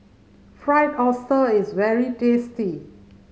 Fried Oyster is very tasty